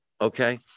Okay